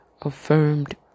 affirmed